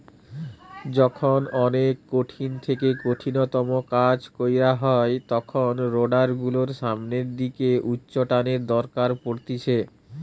যখন অনেক কঠিন থেকে কঠিনতম কাজ কইরা হয় তখন রোডার গুলোর সামনের দিকে উচ্চটানের দরকার পড়তিছে